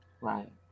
Right